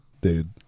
Dude